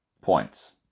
points